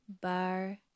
Bar